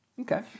Okay